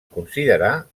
considerar